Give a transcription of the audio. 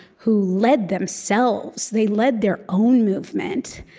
who led themselves. they led their own movement.